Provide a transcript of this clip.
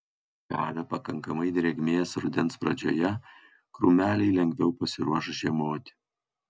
gavę pakankamai drėgmės rudens pradžioje krūmeliai lengviau pasiruoš žiemoti